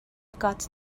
got